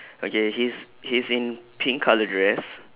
okay he's he's in pink colour dress